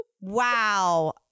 Wow